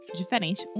diferente